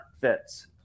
fits